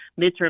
midterm